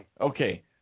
Okay